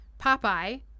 Popeye